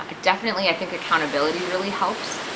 ah definitely i think accountability really helps,